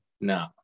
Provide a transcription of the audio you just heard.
No